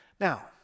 Now